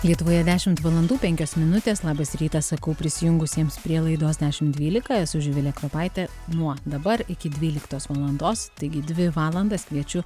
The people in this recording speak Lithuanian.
lietuvoje dešimt valandų penkios minutės labas rytas sakau prisijungusiems prie laidos dešimt dvylika esu živilė kropaitė nuo dabar iki dvyliktos valandos taigi dvi valandas kviečiu